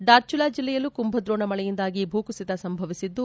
ಡಾರ್ಚುಲಾ ಜಿಲ್ಲೆಯಲ್ಲೂ ಕುಂಭದ್ರೋಣ ಮಳೆಯಿಂದಾಗಿ ಭೂಕುಸಿತ ಸಂಭವಿಸಿದ್ದು